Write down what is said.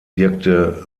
wirkte